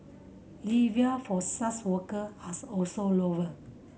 levier for such worker as also lower